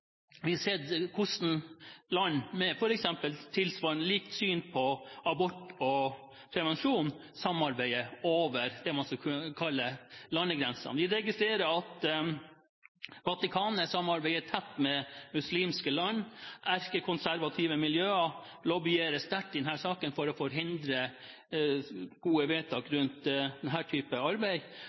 Vi har sett hvordan land med tilsvarende likt syn på abort og prevensjon samarbeider over landegrensene. Vi registrerer at Vatikanet samarbeider tett med muslimske land, og at erkekonservative miljøer driver sterk lobbyvirksomhet i denne saken for å forhindre gode vedtak i denne typen arbeid.